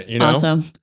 Awesome